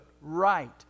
right